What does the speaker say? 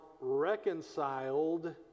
reconciled